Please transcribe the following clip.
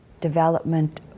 development